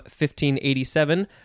1587